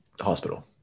hospital